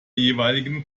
jeweiligen